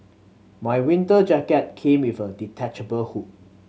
my winter jacket came with a detachable hood